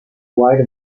wide